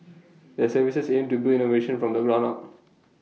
their services aim to build innovation from the ground up